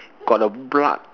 got the blood